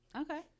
Okay